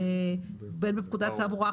בין בפקודת התעבורה,